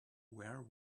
where